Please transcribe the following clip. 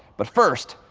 but first,